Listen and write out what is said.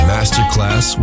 Masterclass